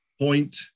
point